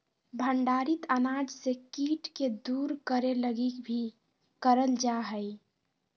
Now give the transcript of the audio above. भंडारित अनाज से कीट के दूर करे लगी भी करल जा हइ